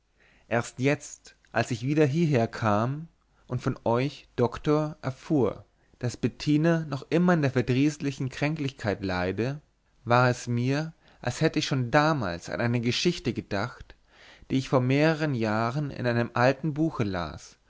erst jetzt als ich wieder hieher kam und von euch doktor erfuhr daß bettina noch immer an der verdrießlichen kränklichkeit leide war es mir als hätte ich schon damals an eine geschichte gedacht die ich vor mehreren jahren in einem alten buche las